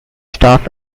staff